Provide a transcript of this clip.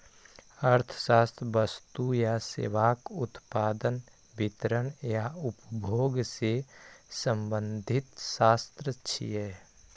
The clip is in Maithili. अर्थशास्त्र वस्तु आ सेवाक उत्पादन, वितरण आ उपभोग सं संबंधित शास्त्र छियै